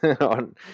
on